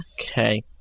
Okay